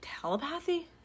telepathy